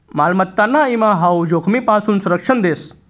मालमत्ताना ईमा हाऊ जोखीमपासून संरक्षण देस